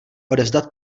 odevzdat